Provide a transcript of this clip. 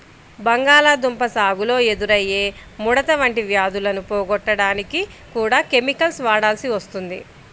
బంగాళాదుంప సాగులో ఎదురయ్యే ముడత వంటి వ్యాధులను పోగొట్టడానికి కూడా కెమికల్స్ వాడాల్సి వస్తుంది